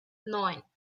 neun